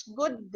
good